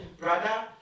Brother